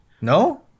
No